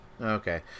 Okay